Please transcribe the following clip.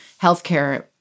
healthcare